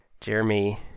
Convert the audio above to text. Jeremy